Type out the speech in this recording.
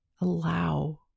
allow